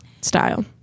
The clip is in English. style